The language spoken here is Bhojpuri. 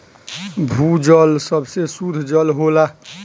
भूजल सबसे सुद्ध जल होला